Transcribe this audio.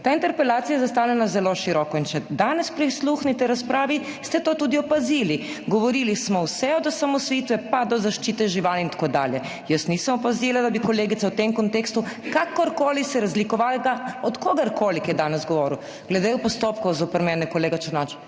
Ta interpelacija je zastavljena zelo široko in če danes prisluhnete razpravi, ste to tudi opazili. Govorili smo vse od osamosvojitve pa do zaščite živali in tako dalje. Jaz nisem opazila, da bi se kolegica v tem kontekstu kakorkoli razlikovala od kogarkoli, ki je danes govoril. Glede postopkov zoper mene, kolega Černač.